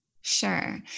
sure